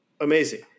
amazing